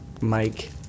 Mike